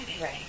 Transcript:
Right